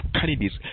candidates